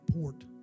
port